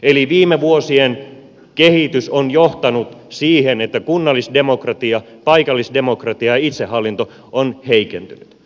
eli viime vuosien kehitys on johtanut siihen että kunnallisdemokratia paikallisdemokratia ja itsehallinto on heikentynyt